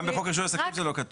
גם בחוק רישוי עסקים זה לא כתוב.